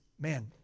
man